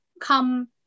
come